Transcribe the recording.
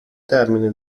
termine